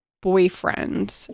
Boyfriend